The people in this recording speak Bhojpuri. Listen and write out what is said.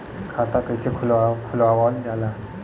खाता कइसे खुलावल जाला?